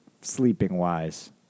sleeping-wise